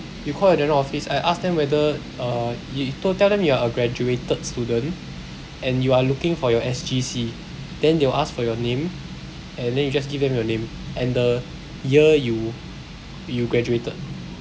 you call your general office and ask them whether uh you to~ tell them you are a graduated student and you are looking for your S_G_C then they will ask for your name and then you just give them your name and the year you you graduated